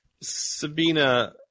Sabina